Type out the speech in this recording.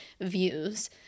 views